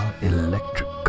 Electric